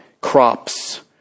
crops